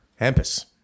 Hampus